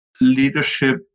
leadership